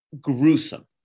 gruesome